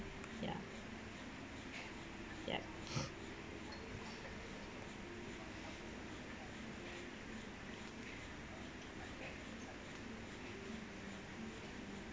ya yep mm